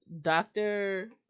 doctor